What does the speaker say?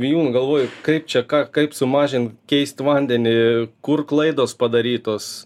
vijūną galvoju kaip čia ką kaip sumažint keisti vandenį kur klaidos padarytos